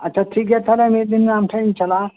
ᱟᱪᱪᱷᱟ ᱴᱷᱤᱠ ᱜᱮᱭᱟ ᱛᱟᱦᱚᱞᱮ ᱢᱤᱫ ᱫᱤᱱ ᱟᱢᱴᱷᱮᱡ ᱤᱧ ᱪᱟᱞᱟᱜᱼᱟ